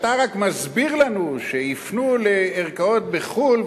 אתה רק מסביר לנו שיפנו לערכאות בחו"ל,